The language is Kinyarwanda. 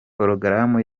porogaramu